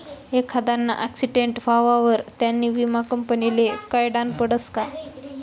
एखांदाना आक्सीटेंट व्हवावर त्यानी विमा कंपनीले कयायडनं पडसं का